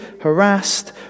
harassed